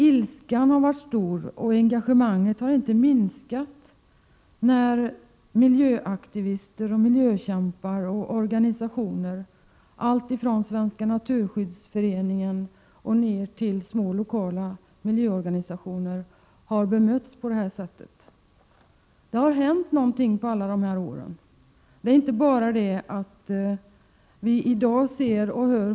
Ilskan har varit stor, och engagemanget har inte minskat när miljöaktivister, miljökämpar och organisationer, alltifrån Svenska naturskyddsföreningen ner till små lokala miljöorganisationer, har bemötts på detta sätt. Det har hänt någonting på alla dessa år.